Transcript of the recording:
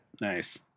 Nice